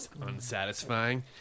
unsatisfying